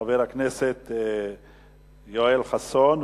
חבר הכנסת יואל חסון.